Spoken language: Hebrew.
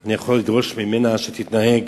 אני יכול לדרוש ממנה שתתנהג